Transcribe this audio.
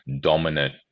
dominant